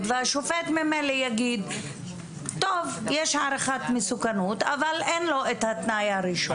והשופט ממילא יגיד שיש הערכת מסוכנות אבל אין לו את התנאי הראשון.